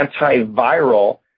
antiviral